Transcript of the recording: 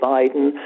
Biden